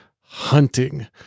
hunting